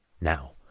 Now